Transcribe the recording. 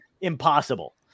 impossible